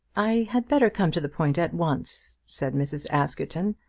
i had better come to the point at once, said mrs. askerton.